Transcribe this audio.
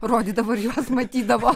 rodydavo ir juos matydavo